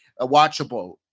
watchable